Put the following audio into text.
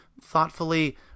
thoughtfully